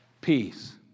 peace